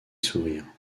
sourire